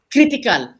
Critical